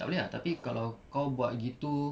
tak boleh ah tapi kalau kau buat gitu